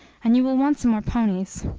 and you will want some more ponies.